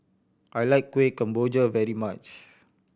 I like Kueh Kemboja very much